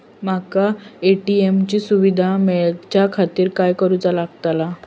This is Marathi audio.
माका ए.टी.एम ची सुविधा मेलाच्याखातिर काय करूचा लागतला?